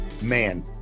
Man